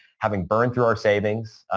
having burned through our savings,